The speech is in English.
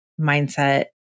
mindset